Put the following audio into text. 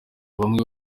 bamwe